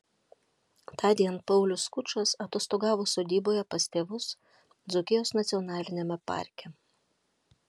tądien paulius skučas atostogavo sodyboje pas tėvus dzūkijos nacionaliniame parke